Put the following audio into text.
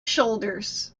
shoulders